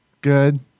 Good